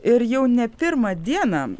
ir jau ne pirmą dieną